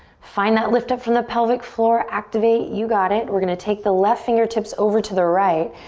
find that lift up from the pelvic floor, activate. you got it. we're gonna take the left fingertips over to the right.